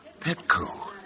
Petco